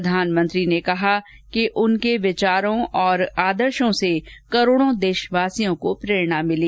प्रधानमंत्री ने कहा कि उनको विचारों और आदर्शो से करोड़ों देशवासियों को प्रेरणा मिली